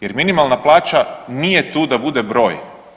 Jer minimalna plaća nije tu da bude broj.